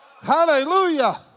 hallelujah